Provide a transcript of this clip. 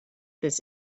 this